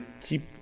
keep